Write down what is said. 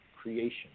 creation